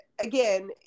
again